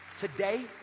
Today